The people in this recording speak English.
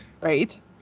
Right